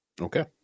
Okay